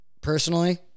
personally